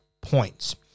points